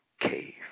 cave